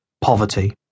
poverty